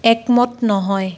একমত নহয়